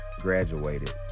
graduated